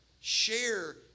Share